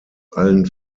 allen